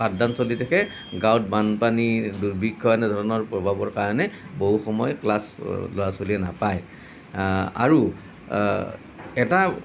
পাঠদান চলি থাকে গাঁৱত বানপানীৰ দূৰ্ভিক্ষ এনেধৰণৰ প্ৰভাৱৰ কাৰণে বহু সময় ক্লাছ ল'ৰা ছোৱালীয়ে নাপায় আৰু এটা